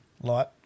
light